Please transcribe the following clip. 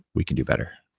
we can do better